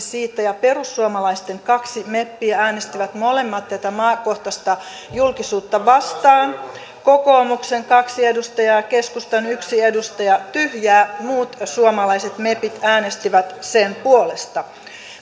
siitä ja perussuomalaisten kaksi meppiä äänestivät molemmat tätä maakohtaista julkisuutta vastaan kokoomuksen kaksi edustajaa ja keskustan yksi edustaja tyhjää muut suomalaiset mepit äänestivät sen puolesta